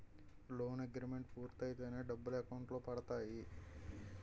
loan agreement పూర్తయితేనే డబ్బులు account లో పడతాయి